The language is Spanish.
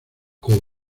como